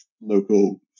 local